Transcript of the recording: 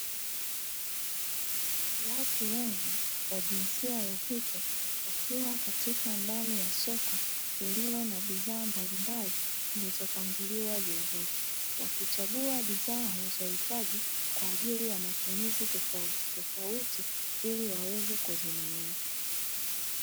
Watu wengi wa jinsia ya kike wakiwa katika ndani ya soko lililo na bidhaa mbalimbali zilizopangiliwa vizuri, wakichagua bidhaa wanazohitaji kwa ajili ya matumizi tofautitofauti ili waweze kuzinunua.